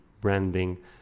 branding